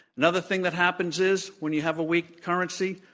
another thing that happens is, when you have a week currency,